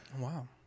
Wow